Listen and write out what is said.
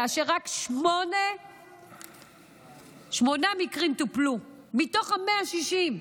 כאשר רק שמונה מקרים טופלו מתוך ה-160,